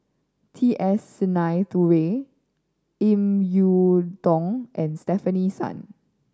T S Sinnathuray Ip Yiu Tung and Stefanie Sun